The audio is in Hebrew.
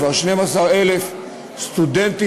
כבר 12,000 סטודנטים,